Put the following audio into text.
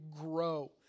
grow